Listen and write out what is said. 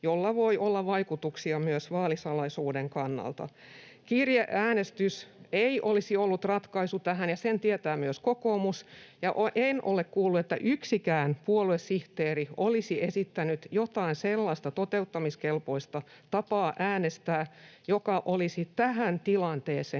jolla voi olla vaikutuksia myös vaalisalaisuuden kannalta. Kirjeäänestys ei olisi ollut ratkaisu tähän, ja sen tietää myös kokoomus. Ja en ole kuullut, että yksikään puoluesihteeri olisi esittänyt jotain sellaista toteuttamiskelpoista tapaa äänestää, joka olisi tähän tilanteeseen